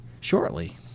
shortly